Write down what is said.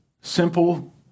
simple